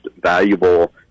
valuable